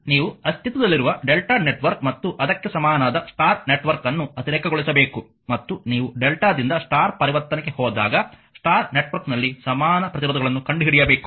ನೀವು ಅಸ್ತಿತ್ವದಲ್ಲಿರುವ delta network ಮತ್ತು ಅದಕ್ಕೆ ಸಮನಾದ ಸ್ಟಾರ್ ನೆಟ್ವರ್ಕ್ ಅನ್ನು ಅತಿರೇಕಗೊಳಿಸಬೇಕು ಮತ್ತು ನೀವು Δ ದಿಂದ ಸ್ಟಾರ್ ಪರಿವರ್ತನೆಗೆ ಹೋದಾಗ ಸ್ಟಾರ್ ನೆಟ್ವರ್ಕ್ನಲ್ಲಿ ಸಮಾನ ಪ್ರತಿರೋಧಗಳನ್ನು ಕಂಡುಹಿಡಿಯಬೇಕು